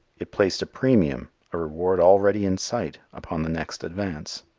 it placed a premium a reward already in sight upon the next advance.